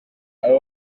aho